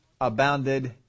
abounded